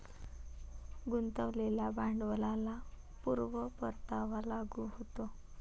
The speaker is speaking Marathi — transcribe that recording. गुंतवलेल्या भांडवलाला पूर्ण परतावा लागू होतो